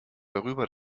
darüber